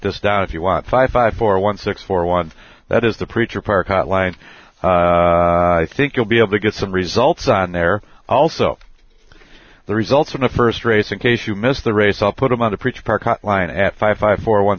this down if you want five five four one six four one that is the preacher park hotline i think you'll be able to get some results on there also the results from the first race in case you missed the race i'll put them on the preacher part hotline at five five four one